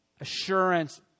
assurance